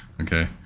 okay